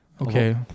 okay